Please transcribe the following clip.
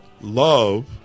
love